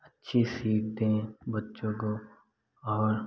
अच्छी सीख दें बच्चों को और